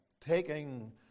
taking